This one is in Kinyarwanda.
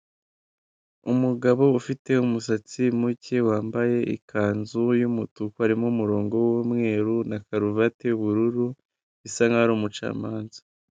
Umugabo ufite umusatsi muke wambaye ikanzu y'umutuku harimo umurongo w'umweru n'akaruvate y'ubururu bisa nkaho ari umucamanza.